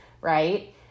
right